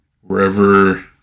wherever